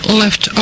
left